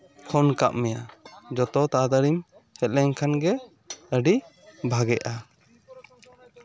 phone ᱠᱟᱜ ᱢᱮᱭᱟ ᱡᱚᱛᱚ ᱛᱟᱲᱟᱛᱟᱹᱲᱤᱢ ᱦᱮᱡ ᱞᱮᱱᱠᱷᱟᱱ ᱜᱮ ᱟᱹᱰᱤ ᱵᱷᱟᱜᱮᱜᱼᱟ